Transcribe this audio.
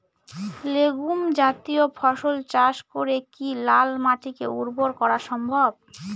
Legume জাতীয় ফসল চাষ করে কি লাল মাটিকে উর্বর করা সম্ভব?